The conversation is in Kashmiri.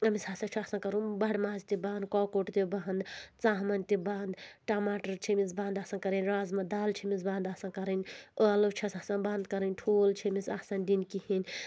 أمِس ہَسا چھُ آسان کَرُن بَڑٕ ماز تہِ بنٛد کۄکُر تہِ بَنٛد ژامَن تہِ بنٛد ٹماٹر چھِ أمِس بنٛد آسان کَرٕنۍ رازما دالہٕ چھِ أمِس بنٛد آسان کَرٕنۍ ٲلٕو چھَس آسان بنٛد کَرٕنۍ ٹھوٗل چھِ أمِس آسان دِنۍ کِہیٖنۍ